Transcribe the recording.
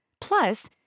Plus